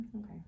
okay